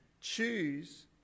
choose